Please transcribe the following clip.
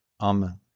amen